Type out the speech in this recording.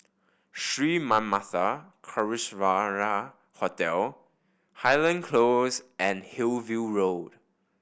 Sri Manmatha Karuneshvarar Hotel Highland Close and Hillview Road